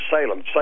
Salem